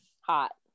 hot